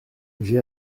j’ai